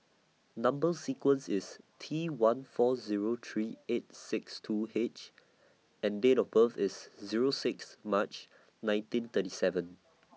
Number sequence IS T one four Zero three eight six two H and Date of birth IS Zero six March nineteen thirty seven